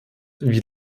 wie